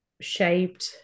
shaped